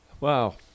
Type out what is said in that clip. Wow